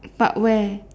but where